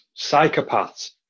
Psychopaths